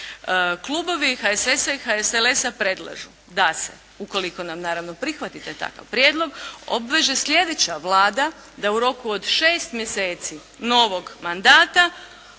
Klubovi HSS-a i HSLS-a predlažu da se ukoliko nam naravno prihvatite takav prijedlog obveze sljedeća Vlada da u roku od 6 mjeseci novog mandata